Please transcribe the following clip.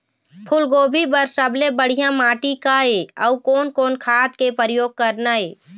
फूलगोभी बर सबले बढ़िया माटी का ये? अउ कोन कोन खाद के प्रयोग करना ये?